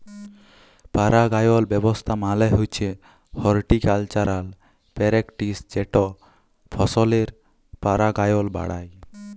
পারাগায়ল ব্যাবস্থা মালে হছে হরটিকালচারাল প্যারেকটিস যেট ফসলের পারাগায়ল বাড়ায়